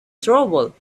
trouble